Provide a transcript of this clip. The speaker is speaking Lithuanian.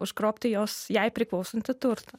užgrobti jos jai priklausantį turtą